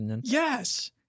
Yes